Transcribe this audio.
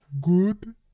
good